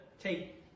take